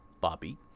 Bobby